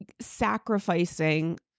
sacrificing